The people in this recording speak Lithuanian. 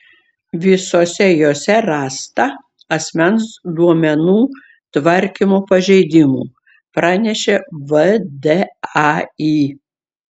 visose jose rasta asmens duomenų tvarkymo pažeidimų pranešė vdai